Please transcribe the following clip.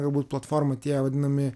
galbūt platformų tie vadinami